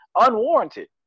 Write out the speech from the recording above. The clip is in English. unwarranted